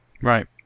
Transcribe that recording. Right